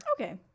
Okay